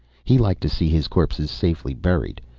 he liked to see his corpses safely buried.